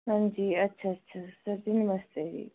ਹਾਂਜੀ ਅੱਛਾ ਅੱਛਾ ਸਰ ਜੀ ਨਮਸਤੇ ਜੀ